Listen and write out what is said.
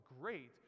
great